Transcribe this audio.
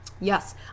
yes